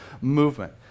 movement